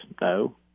No